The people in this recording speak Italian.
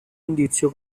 indizio